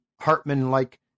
Hartman-like